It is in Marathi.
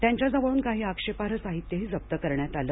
त्यांच्याजवळून काही आक्षेपार्ह साहित्यही जप्त करत आलं